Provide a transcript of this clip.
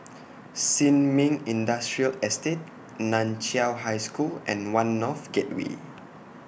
Sin Ming Industrial Estate NAN Chiau High School and one North Gateway